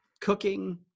cooking